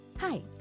Hi